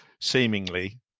seemingly